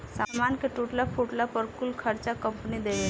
सामान के टूटला फूटला पर कुल खर्चा कंपनी देवेला